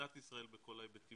למדינת ישראל מכל ההיבטים,